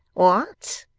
what!